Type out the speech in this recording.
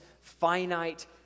finite